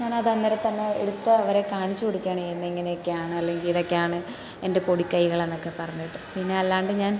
ഞാൻ അതങ്ങനെ തന്നെ എടുത്ത് അവരെ കാണിച്ച് കൊടുക്കുകയാണ് ചെയ്യുന്നത് ഇങ്ങനെയൊക്കെയാണ് അല്ലെങ്കിൽ ഇതൊക്കെയാണ് എൻ്റെ പൊടിക്കൈകൾ എന്നൊക്കെ പറഞ്ഞിട്ട് പിന്നെ അല്ലാണ്ട് ഞാൻ